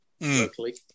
locally